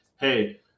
Hey